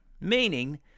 meaning